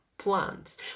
plants